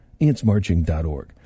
AntsMarching.org